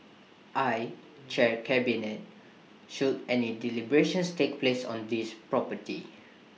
I chair cabinet should any deliberations take place on this property